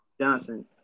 Johnson